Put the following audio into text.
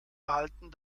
erhalten